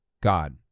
God